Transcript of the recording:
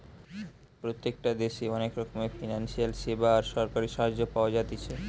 প্রত্যেকটা দেশে অনেক রকমের ফিনান্সিয়াল সেবা আর সরকারি সাহায্য পাওয়া যাতিছে